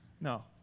No